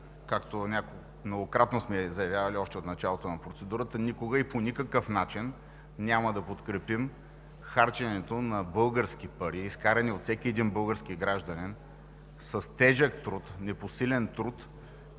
както многократно сме заявявали още от началото на процедурата, никога и по никакъв начин няма да подкрепим харченето по нецелесъобразност на български пари, изкарани от всеки един български гражданин с тежък, непосилен труд,